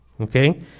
okay